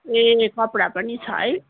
ए कपडा पनि छ है